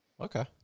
okay